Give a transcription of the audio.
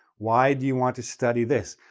why do you want to study this?